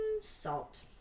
salt